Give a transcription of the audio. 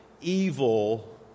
evil